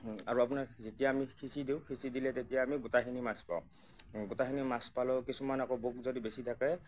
আৰু আপোনাৰ যেতিয়া আমি সিঁচি দিওঁ সিঁচি দিলে তেতিয়া আমি গোটেইখিনি মাছ পাওঁ গোটেইখিনি মাছ পালেও কিছুমান আকৌ বোক যদি বেছি থাকে